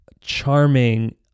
charming